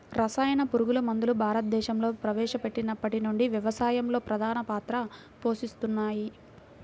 రసాయన పురుగుమందులు భారతదేశంలో ప్రవేశపెట్టినప్పటి నుండి వ్యవసాయంలో ప్రధాన పాత్ర పోషిస్తున్నాయి